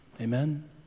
Amen